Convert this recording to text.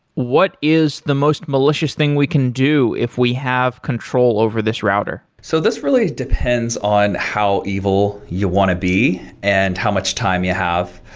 what is the most malicious thing we can do if we have control over this router? so this really depends on how evil you want to be, and how much time you have.